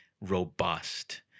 robust